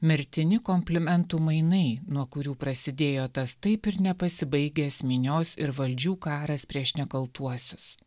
mirtini komplimentų mainai nuo kurių prasidėjo tas taip ir nepasibaigęs minios ir valdžių karas prieš nekaltuosius